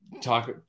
talk